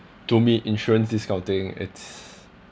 to me insurance this kind of thing it's